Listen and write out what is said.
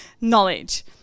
knowledge